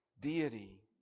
deity